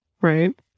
Right